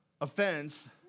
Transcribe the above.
Offense